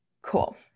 Cool